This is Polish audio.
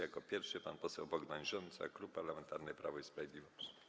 Jako pierwszy pan poseł Bogdan Rzońca, Klub Parlamentarny Prawo i Sprawiedliwość.